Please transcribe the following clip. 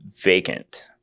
vacant